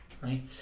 right